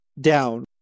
down